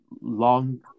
long